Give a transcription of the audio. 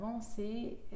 c'est